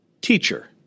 Teacher